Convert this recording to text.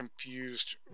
confused